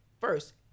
first